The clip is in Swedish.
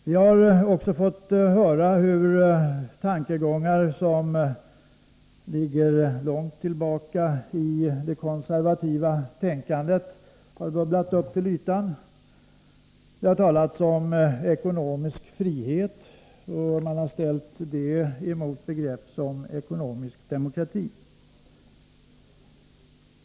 Vi har också fått höra hur tankegångar som ligger långt tillbaka i det konservativa tänkandet har bubblat upp till ytan. Det har talats om ekonomisk frihet, och man har ställt det begreppet mot begrepp som ekonomisk demokrati.